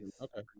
Okay